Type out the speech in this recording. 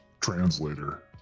translator